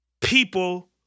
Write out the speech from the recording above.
People